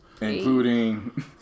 Including